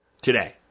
Today